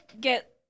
get